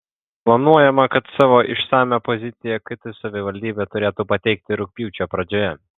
planuojama kad savo išsamią poziciją kt savivaldybė turėtų pateikti rugpjūčio pradžioje